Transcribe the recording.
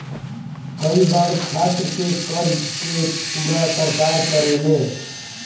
कई बार छात्र के कर्जा के पूरा सरकार करेले